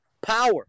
power